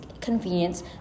convenience